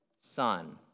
Son